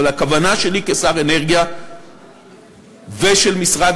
אבל הכוונה שלי כשר אנרגיה ושל משרד